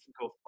go